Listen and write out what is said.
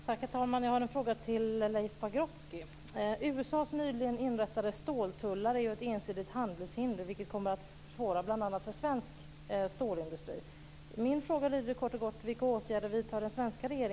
Herr talman! Jag har en fråga till Leif Pagrotsky. USA:s nyligen inrättade ståltullar är ett ensidigt handelshinder, vilket kommer att försvåra bl.a. för svensk stålindustri.